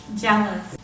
jealous